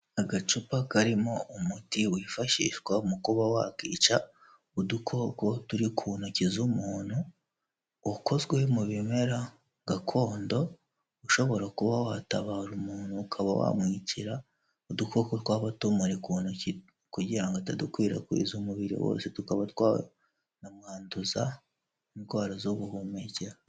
Agacupa karimo umuti wifashishwa mu kuba wakica udukoko turi ku ntoki z'umuntu ukozwe mu bimera gakondo ushobora kuba watabara umuntu ukaba wamwicira udukoko twaba tumuri ku ntoki kugira ngo atadukwirakwiza umubiri wose tukaba tanamwanduza indwara zo mubuhumekero.